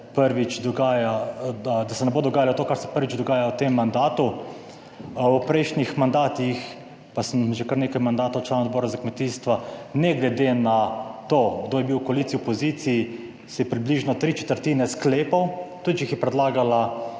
da se ne bo dogajalo to, kar se prvič dogaja v tem mandatu. V prejšnjih mandatih pa sem že kar nekaj mandatov član odbora za kmetijstvo, ne glede na to, kdo je bil v koaliciji v opoziciji, se je približno tri četrtine sklepov tudi, če jih je predlagala